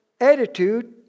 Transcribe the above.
attitude